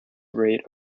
rate